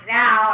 now